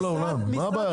מה הבעיה?